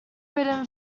written